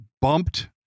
bumped